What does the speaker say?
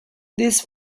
this